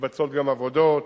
מתבצעות גם עבודות.